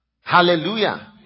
Hallelujah